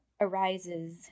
arises